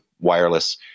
wireless